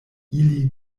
ili